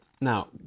Now